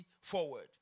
forward